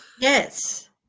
Yes